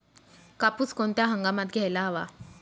कापूस कोणत्या हंगामात घ्यायला हवा?